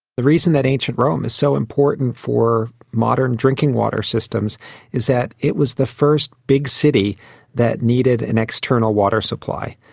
the reason that ancient rome is so important for modern drinking water systems is that it was the first big city that needed an external water supply.